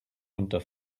unter